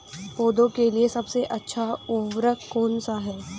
पौधों के लिए सबसे अच्छा उर्वरक कौन सा है?